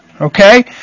okay